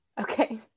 Okay